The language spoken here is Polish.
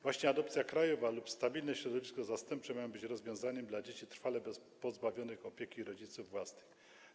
Właśnie adopcja krajowa lub stabilne środowisko zastępcze mają być rozwiązaniem dla dzieci trwale pozbawionych opieki rodziców własnych.